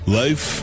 life